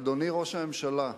אדוני ראש הממשלה,